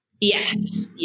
Yes